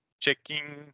checking